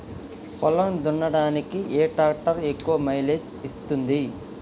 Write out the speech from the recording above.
పొలం దున్నడానికి ఏ ట్రాక్టర్ ఎక్కువ మైలేజ్ ఇస్తుంది?